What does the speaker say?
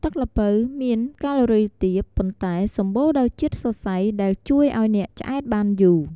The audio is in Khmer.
ទឹកល្ពៅមាន កាឡូរីទាប ប៉ុន្តែសម្បូរដោយជាតិសរសៃ ដែលជួយឲ្យអ្នកឆ្អែតបានយូរ។